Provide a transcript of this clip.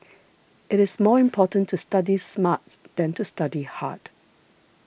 it is more important to study smart than to study hard